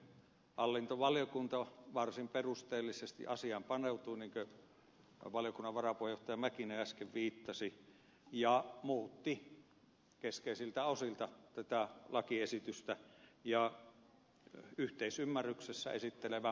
hallintovaliokunta varsin perusteellisesti asiaan paneutui niin kuin valiokunnan varapuheenjohtaja mäkinen äsken viittasi ja muutti keskeisiltä osilta tätä lakiesitystä ja yhteisymmärryksessä esittelevän ministerin kanssa